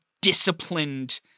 disciplined